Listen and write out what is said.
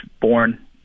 born